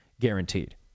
guaranteed